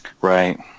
Right